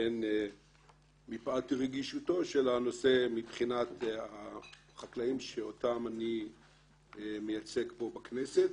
מפאת רגישותו של הנושא מבחינת החקלאים שאותם אני מייצג כאן בכנסת